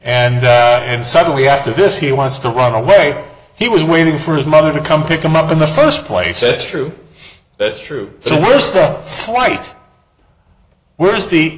and then suddenly after this he wants to run away he was waiting for his mother to come pick him up in the first place that's true that's true the worst thing right where is the